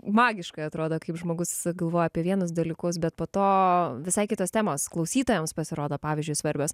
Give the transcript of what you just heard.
magiškai atrodo kaip žmogus galvoja apie vienus dalykus bet po to visai kitos temos klausytojams pasirodo pavyzdžiui svarbios